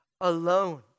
alone